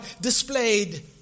displayed